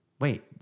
wait